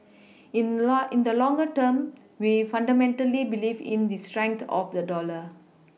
in in the longer term we fundamentally believe in the strength of the dollar